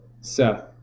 Seth